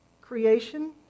creation